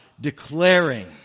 declaring